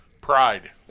Pride